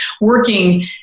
working